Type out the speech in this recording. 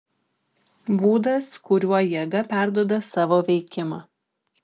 būdas kuriuo jėga perduoda savo veikimą